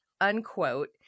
unquote